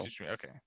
Okay